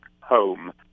home